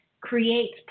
creates